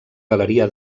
galeria